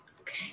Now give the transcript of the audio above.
Okay